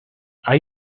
are